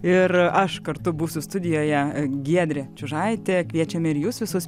ir aš kartu būsiu studijoje giedrė čiužaitė kviečiame ir jus visus